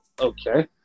okay